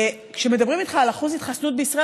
כשמדברים איתך על אחוז התחסנות בישראל